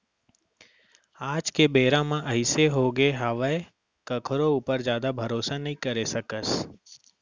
आज के बेरा म अइसे होगे हावय कखरो ऊपर जादा भरोसा नइ करे सकस